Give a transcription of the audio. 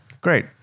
Great